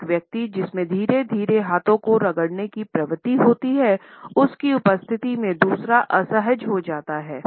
एक व्यक्ति जिसमें धीरे धीरे हाथों को रगड़ने की प्रवृत्ति होती हैउस की उपस्थिति में दूसरा असहज हो जाता है